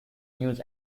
news